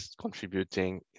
contributing